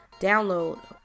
download